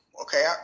okay